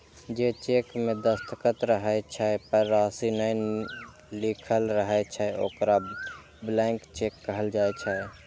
जे चेक मे दस्तखत रहै छै, पर राशि नै लिखल रहै छै, ओकरा ब्लैंक चेक कहल जाइ छै